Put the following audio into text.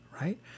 right